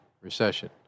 recession